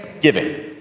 giving